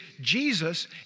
Jesus